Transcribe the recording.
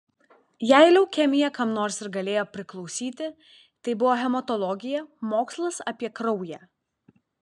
jei leukemija kam nors ir galėjo priklausyti tai buvo hematologija mokslas apie kraują